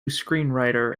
screenwriter